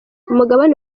umugabane